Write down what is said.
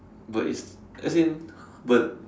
but it's it's as in but